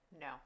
No